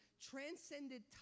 transcended